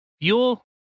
fuel